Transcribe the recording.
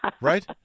Right